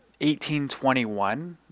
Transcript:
1821